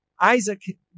Isaac